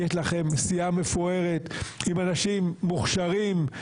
יש לכם סיעה מפוארת עם אנשים מוכשרים,